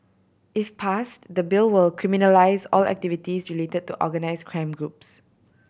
if passed the Bill will criminalise all activities related to organised crime groups